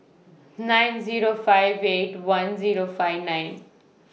nine Zero five eight one Zero five nine